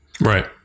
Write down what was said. Right